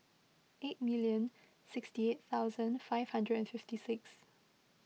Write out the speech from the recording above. eight million sixty eight thousand five hundred and fifty six